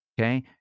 okay